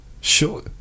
Sure